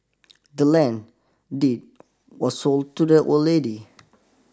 the land deed was sold to the old lady